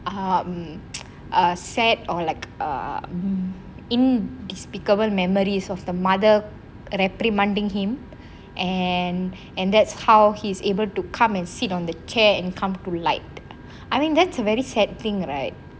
um are set or like err in despicable memories of the mother reprimanding him and and that's how he's able to come and sit on the chair and come to light I mean that's a very sad thing right